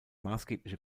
maßgebliche